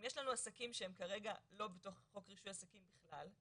אם יש לנו עסקים שהם כרגע לא בתוך חוק רישוי עסקים בכלל,